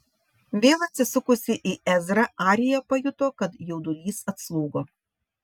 vėl atsisukusi į ezrą arija pajuto kad jaudulys atslūgo